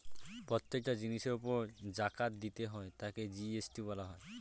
প্রত্যেকটা জিনিসের উপর জাকাত দিতে হয় তাকে জি.এস.টি বলা হয়